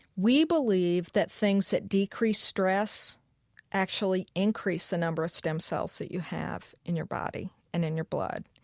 we believe that things that decrease stress actually increase the number of stem cells that you have in your body and in your blood.